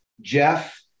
Jeff